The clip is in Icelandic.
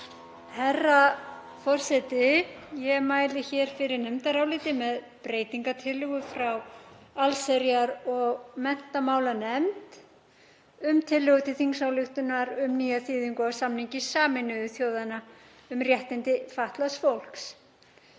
Herra forseti. Ég mæli hér fyrir nefndaráliti með breytingartillögu frá allsherjar- og menntamálanefnd um tillögu til þingsályktunar um nýja þýðingu á samningi Sameinuðu þjóðanna um réttindi fatlaðs fólks.